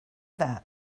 that